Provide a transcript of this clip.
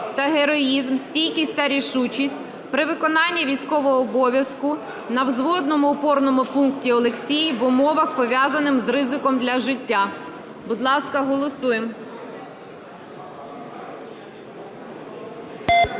та героїзм, стійкість та рішучість при виконанні військового обов'язку на взводному опорному пункті "Олексій" в умовах, пов'язаних з ризиком для життя. Будь ласка, голосуємо.